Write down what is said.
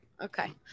Okay